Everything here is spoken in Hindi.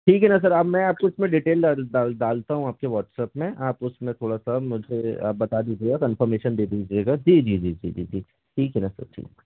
ठीक है ना सर अब मैं आपको इसमें डिटेल डाल डाल डालता हूँ आपके वॉट्सऐप में आप उसमें थोड़ा सा मुझे आप बता दीजिएगा कन्फ़र्मेशन दे दीजिएगा जी जी जी जी जी ठीक है ना सर ठीक है